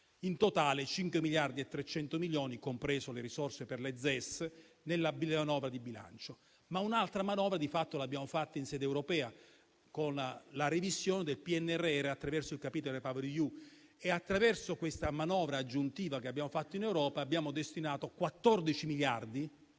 In totale, parliamo di 5,3 miliardi, comprese le risorse per le ZES nella manovra di bilancio. Un'altra manovra di fatto l'abbiamo fatta in sede europea, con la revisione del PNRR, attraverso il capitolo REPower EU. E, attraverso questa manovra aggiuntiva che abbiamo fatto in Europa, abbiamo destinato 14 miliardi